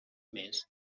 més